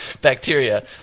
bacteria